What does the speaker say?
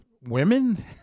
women